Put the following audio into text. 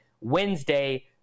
Wednesday